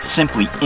Simply